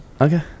Okay